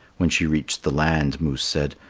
when she reached the land, moose said,